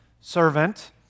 servant